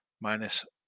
minus